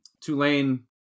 Tulane